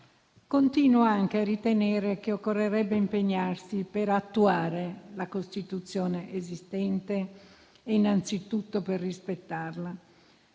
Continuo anche a ritenere che occorrerebbe impegnarsi per attuare la Costituzione esistente e innanzitutto per rispettarla.